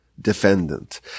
defendant